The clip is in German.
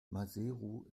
maseru